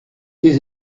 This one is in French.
des